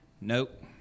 Nope